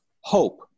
hope